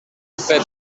fet